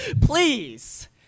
please